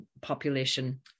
population